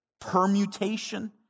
permutation